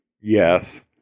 Yes